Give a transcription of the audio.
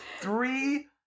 Three